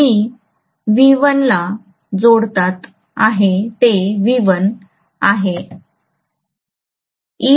मी V1 ला जोडतात आहे ते V1 आहे